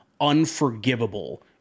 unforgivable